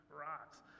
rocks